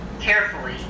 carefully